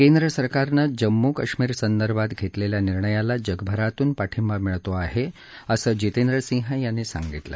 केंद्र सरकारनं जम्मू काश्मीरसंदर्भात घेतलेल्या निर्णयाला जगभरातून पाठिंबा मिळत आहे असं जितेंद्र सिंह यांनी सांगितलं